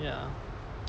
ya